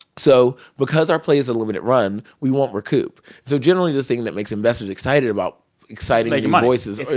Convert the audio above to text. so because our play is a limited run, we won't recoup. so generally, the thing that makes investors excited about exciting new like um ah voices.